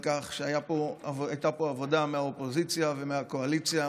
כך שהייתה פה עבודה מהאופוזיציה ומהקואליציה,